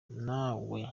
ntawe